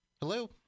Hello